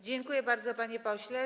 Dziękuję bardzo, panie pośle.